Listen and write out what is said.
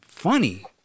funny